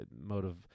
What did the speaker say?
motive